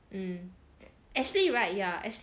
mm actually right yeah